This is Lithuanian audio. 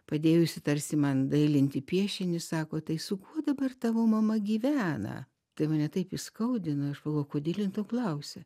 padėjusi tarsi man dailinti piešinį sako tai su kuo dabar tavo mama gyvena tai mane taip įskaudino aš galvojau kodėl ji to klausia